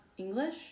English